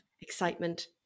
excitement